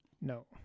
No